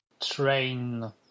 train